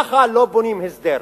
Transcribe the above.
ככה לא בונים הסדר.